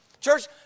Church